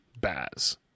baz